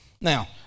Now